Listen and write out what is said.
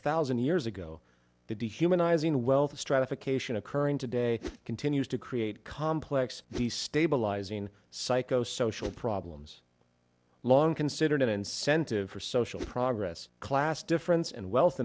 thousand years ago the dehumanizing wealth stratification occurring today continues to create complex the stabilizing psycho social problems long considered an incentive for social progress class difference and wealth